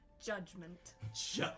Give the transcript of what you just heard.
Judgment